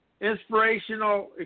inspirational